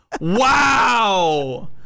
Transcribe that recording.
Wow